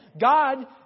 God